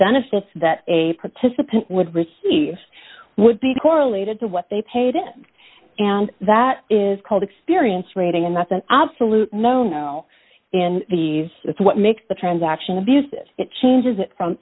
benefit that a participant would receive would be correlated to what they paid and that is called experience rating and that's an absolute no no in these it's what makes the transaction abusive it changes from